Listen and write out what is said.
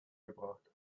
gebracht